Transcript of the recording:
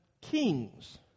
kings